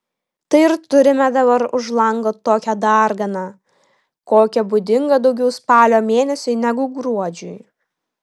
tai ir turime dabar už lango tokią darganą kokia būdinga daugiau spalio mėnesiui negu gruodžiui